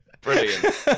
Brilliant